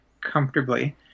comfortably